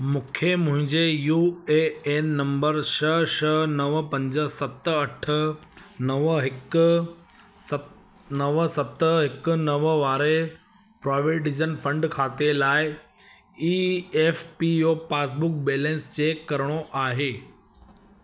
मूंखे मुंहिंजे U A N number छह छह नव पंज सत अठ नव हिकु स नव सत हिकु नव वारे प्राविडन्ट फंड खाते लाइ E F P O passbook balance check करिणो आहे